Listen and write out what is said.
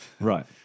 Right